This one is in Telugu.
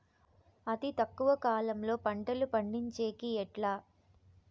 అతి తక్కువ కాలంలో పంటలు పండించేకి ఎట్లా?